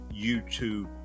YouTube